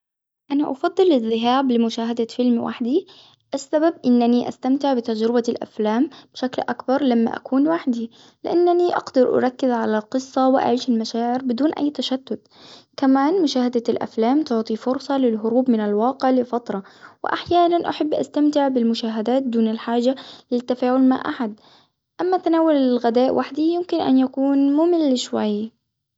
أنا أفضل الذهاب لمشاهدة فيلم وحدي، السبب أنني أستمتع بتجربتي الأفلام بشكل أكبر لما أكون وحدي، لأنني أقدر أركز على القصة وأعيش المشاعر بدون أي تشتت، كمان مشاهدة الأفلام تعطي فرصة للهروب من الواقع لفترة. وأحيانا أحب أستمتع بالمشاهد دون الحاجة للتفاعل مع أحد، أما تناول الغداء وحده يمكن أن يكون ممل شوي.